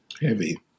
Heavy